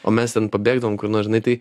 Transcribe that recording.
o mes ten pabėgdavom kur nors žinai tai